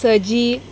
सजी